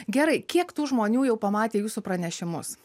gerai kiek tų žmonių jau pamatė jūsų pranešimus